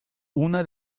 una